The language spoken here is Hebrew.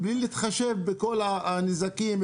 בלי להתחשב בכל הנזקים,